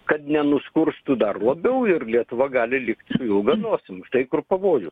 kad nenuskurstų dar labiau ir lietuva gali likti ilga nosim štai kur pavojus